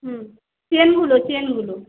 হুম চেনগুলো চেনগুলো